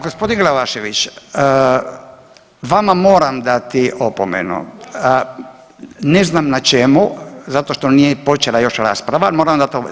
Gospodin Glavašević, vama moram dati opomenu… [[Upadica iz klupe se ne razumije]] Ne znam na čemu zato što nije počela još rasprava, moram dat opomenu.